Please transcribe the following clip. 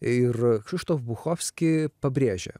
ir kšištof bukovski pabrėžia